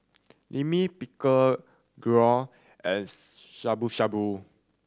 Lime Pickle Gyros and Shabu Shabu